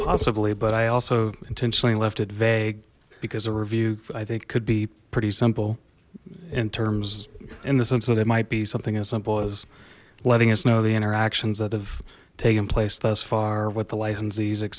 possibly but i also intentionally left it vague because a review i think could be pretty simple in terms in the sense that it might be something as simple as letting us know the interactions that have taken place thus far with the licensees et